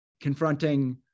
confronting